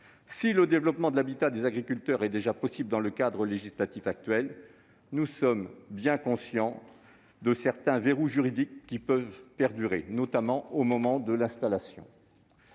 Si le développement de l'habitat des agriculteurs est déjà possible dans le cadre législatif actuel, nous sommes bien conscients que certains verrous juridiques peuvent perdurer, notamment au moment de l'installation.